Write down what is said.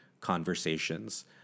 conversations